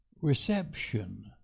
reception